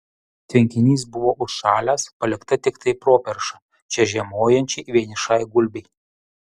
tvenkinys buvo užšalęs palikta tiktai properša čia žiemojančiai vienišai gulbei